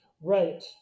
Right